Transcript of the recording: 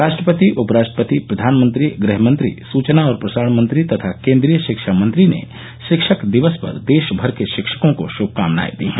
राष्ट्रपति उपराष्ट्रपति प्रधानमंत्री गृह मंत्री सुचना और प्रसारण मंत्री तथा केंद्रीय रिक्षा मंत्री ने शिक्षक दिवस पर देशमर के शिक्षकों को श्रमकामनाएं दी हैं